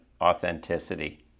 authenticity